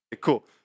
cool